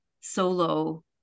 solo